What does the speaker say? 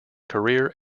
career